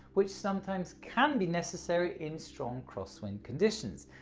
which sometimes can be necessary in strong crosswind conditions.